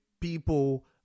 people